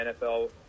nfl